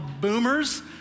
Boomers